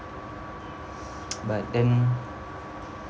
but then